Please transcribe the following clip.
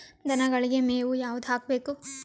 ದನಗಳಿಗೆ ಮೇವು ಯಾವುದು ಹಾಕ್ಬೇಕು?